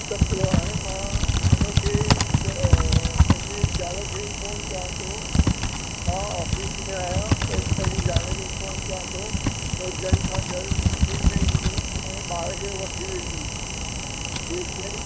त पोइ हाणे मां उन खे पंहिंजी ज़ाल खे फोन कयां थो मां ऑफिस में आहियां त पंहिंजी ज़ाल खे फोन कयां थो हू जल्दु खां जल्दु स्कूल में ईंदी ऐं ॿार खे वठी वेंदी जेसिताईं